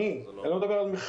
אני אני לא מדבר על מכרז,